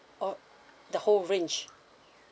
or the whole range